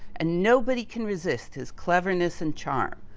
and nobody can resist his cleverness and charm.